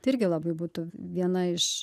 tai irgi labai būtų viena iš